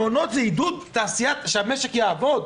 מעונות זה עידוד, שהמשק יעבוד.